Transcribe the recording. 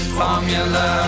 formula